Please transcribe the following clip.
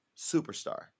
superstar